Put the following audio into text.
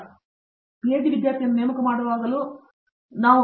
ನಾವು ಪಿಎಚ್ಡಿ ವಿದ್ಯಾರ್ಥಿ ನೇಮಕ ಮಾಡುವಾಗ ನಾವು ಅವರಿಗೆ ಹೇಳುವುದಾದರೆ ಏನು ಮಾಡಬೇಕು